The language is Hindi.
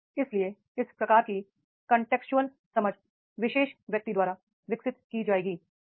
इसलिए इस प्रकार की कॉन्टेक्स्टऑल समझ विशेष व्यक्ति द्वारा विकसित की जाएगी